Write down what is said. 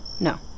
no